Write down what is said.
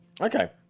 Okay